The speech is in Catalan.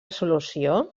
solució